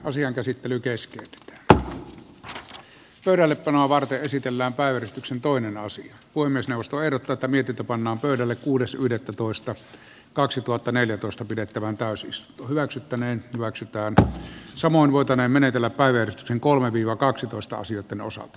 asian käsittely kesken mutta radan varteen esitelläänpäyhdistyksen toiminnassa voi myös nostaa jo tätä mietitä pannaan pöydälle kuudes yhdettätoista kaksituhattaneljätoista pidettävään pääsystä hyväksyttäneen maksetaanko samoin voitaneen menetellä päivän kolme vilokaksitoistaosyötön osalta